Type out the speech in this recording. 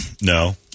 No